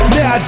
Now